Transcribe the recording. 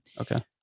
Okay